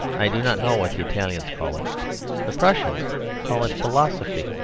i do not know what the italians call it the prussians call it philosophy.